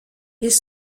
ils